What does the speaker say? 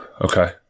okay